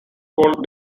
called